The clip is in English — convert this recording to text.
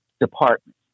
department